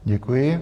Děkuji.